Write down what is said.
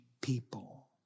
people